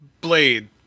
Blade